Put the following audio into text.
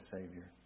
Savior